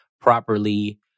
properly